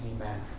Amen